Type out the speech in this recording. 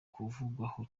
kuvugwaho